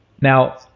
Now